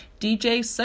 DJ